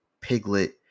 Piglet